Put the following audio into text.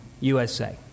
USA